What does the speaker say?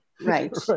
right